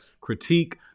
critique